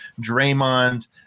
Draymond